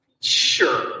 Sure